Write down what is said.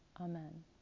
Amen